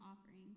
offerings